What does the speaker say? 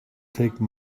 take